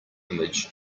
image